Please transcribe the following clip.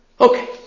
Okay